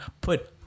put